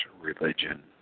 religion